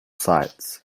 sights